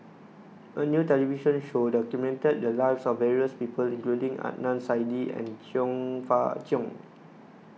a new television show documented the lives of various people including Adnan Saidi and Chong Fah Cheong